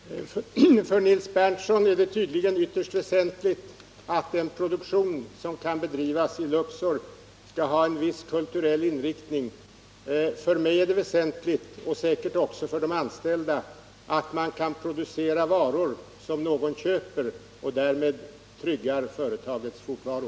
Herr talman! För Nils Berndtson är det tydligen ytterst väsentligt att den produktion som kan bedrivas vid Luxor skall ha en viss kulturell inriktning. För mig är det väsentligt — säkert också för de anställda — att man kan producera varor som någon köper och därmed trygga företagets fortvaro.